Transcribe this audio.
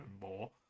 more